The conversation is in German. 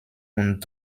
und